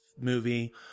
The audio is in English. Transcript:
movie